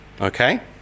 Okay